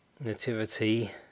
Nativity